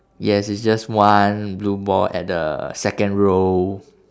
yes it's just one blue ball at the second row